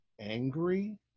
angry